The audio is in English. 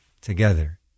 together